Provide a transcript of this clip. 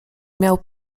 miał